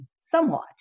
somewhat